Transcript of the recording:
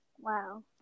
Wow